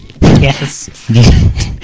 Yes